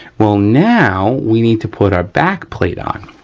well now, we need to put our backplate on.